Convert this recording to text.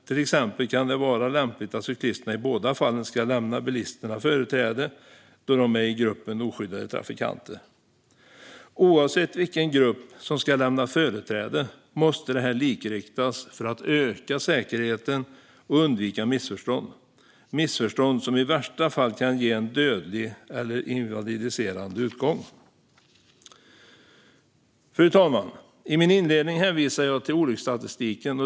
Till exempel kan det vara lämpligt att cyklisterna i båda fallen ska lämna bilisterna företräde då de tillhör gruppen oskyddade trafikanter. Oavsett vilken grupp som ska lämna företräde måste detta likriktas för att öka säkerheten och undvika missförstånd - missförstånd som i värsta fall kan ge en dödlig eller invalidiserande utgång. Fru talman! I min inledning hänvisade jag till olycksstatistiken.